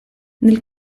nel